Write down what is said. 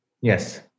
Yes